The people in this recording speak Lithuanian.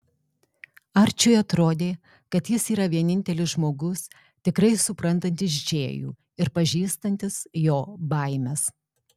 arčiui atrodė kad jis yra vienintelis žmogus tikrai suprantantis džėjų ir pažįstantis jo baimes